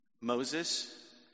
Moses